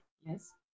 yes